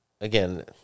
again